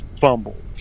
fumble